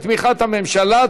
בתמיכת הממשלה.